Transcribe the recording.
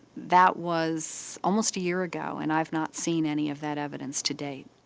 that was almost a year ago and i've not seen any of that evidence to date.